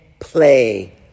play